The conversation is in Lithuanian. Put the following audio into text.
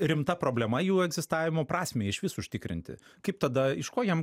rimta problema jų egzistavimo prasmei išvis užtikrinti kaip tada iš ko jiem